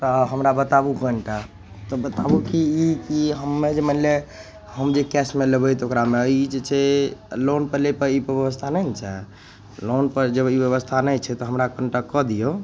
तऽ हमरा बताबू कनिटा तब बताबू कि ई कि हमे जे मानि ले हम जे कैशमे लेबै तऽ ओकरामे ई जे छै लोनपर लैपर ई बेबस्था नहि ने छै लोनपर जब ई बेबस्था नहि छै तऽ हमरा कनिटा कऽ दिऔ